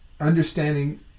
understanding